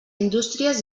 indústries